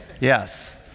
Yes